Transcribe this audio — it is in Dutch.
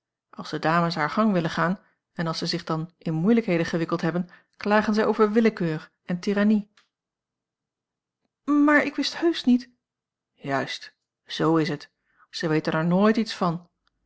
de dames haar gang willen gaan en als zij zich dan in moeilijkheden gewikkeld hebben klagen zij over willekeur en tirannie maar ik wist heusch niet juist zoo is het zij weten er nooit iets van